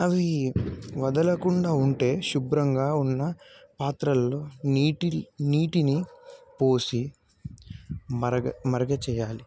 అవి వదలకుండా ఉంటే శుభ్రంగా ఉన్న పాత్రల్లో నీటి నీటిని పోసి మరగ మరగచేయాలి